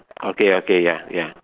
okay okay ya ya